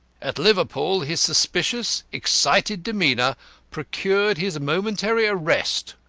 at liverpool his suspicious, excited demeanour procured his momentary arrest.